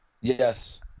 Yes